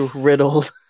riddled